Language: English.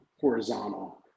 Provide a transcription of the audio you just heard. horizontal